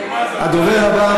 הדובר הבא,